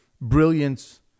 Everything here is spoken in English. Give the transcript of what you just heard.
brilliance